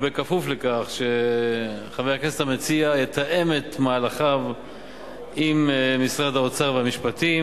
כפוף לכך שחבר הכנסת המציע יתאם את מהלכיו עם משרד האוצר ומשרד המשפטים.